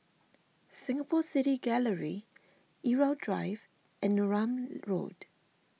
Singapore City Gallery Irau Drive and Neram Road